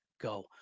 go